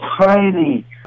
tiny